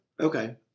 okay